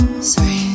Sorry